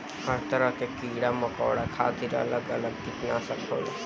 हर तरह के कीड़ा मकौड़ा खातिर अलग अलग किटनासक होला